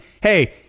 Hey